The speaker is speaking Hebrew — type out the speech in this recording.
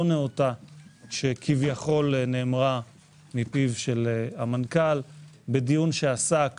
נאותה שכביכול נאמרה מפיו של המנכ"ל בדיון שעסק